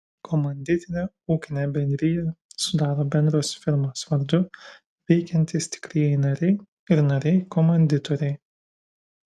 komanditinę ūkinę bendriją sudaro bendros firmos vardu veikiantys tikrieji nariai ir nariai komanditoriai